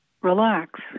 relax